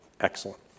Excellent